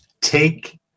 take